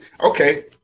Okay